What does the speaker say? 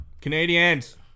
Canadians